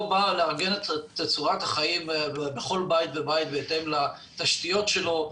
התו בא להגן על תצורת החיים בכל בית ובית בהתאם לתשתיות שלו,